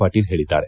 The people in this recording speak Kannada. ಪಾಟೀಲ್ ಹೇಳಿದ್ದಾರೆ